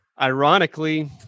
ironically